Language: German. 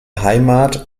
heimat